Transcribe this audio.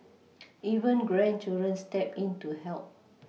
even grandchildren step in to help